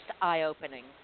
eye-opening